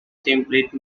template